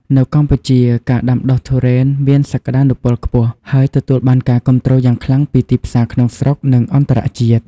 នៅកម្ពុជា ការដាំដុះទុរេនមានសក្តានុពលខ្ពស់ ហើយទទួលបានការគាំទ្រយ៉ាងខ្លាំងពីទីផ្សារក្នុងស្រុក និងអន្តរជាតិ។